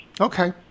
Okay